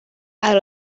out